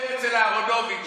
אצל אהרונוביץ',